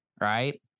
right